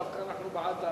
דווקא, אנחנו בעד,